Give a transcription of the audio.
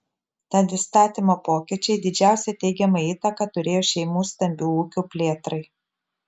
tad įstatymo pokyčiai didžiausią teigiamą įtaką turėjo šeimų stambių ūkių plėtrai